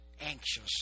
anxious